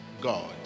god